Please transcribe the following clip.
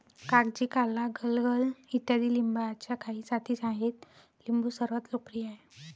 कागजी, काला, गलगल इत्यादी लिंबाच्या काही जाती आहेत लिंबू सर्वात लोकप्रिय आहे